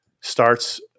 starts